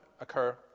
occur